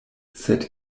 sed